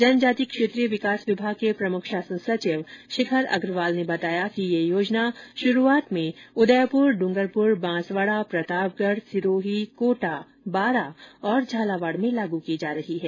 जनजाति क्षेत्रीय विकास विभाग के प्रमुख शासन सचिव शिखर अग्रवाल ने बताया कि यह योजना शुरूआत में राज्य के उदयपुर डूंगरपुर बांसवाड़ा प्रतापगढ़ सिरोही कोटा बांरा और झालावाड़ में लागू की जा रही है